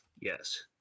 Yes